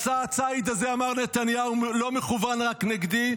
מסע הציד הזה, אמר נתניהו, לא מכוון רק נגדי.